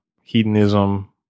hedonism